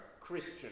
Christian